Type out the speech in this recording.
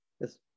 Yes